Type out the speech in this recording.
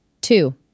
Two